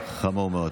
טוב, חמור מאוד.